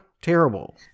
terrible